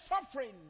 suffering